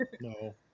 No